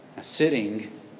Sitting